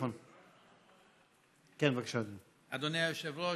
אדוני היושב-ראש,